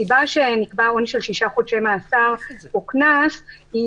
הסיבה שנקבע עונש של שישה חודשי מאסר או קנס היא